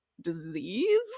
disease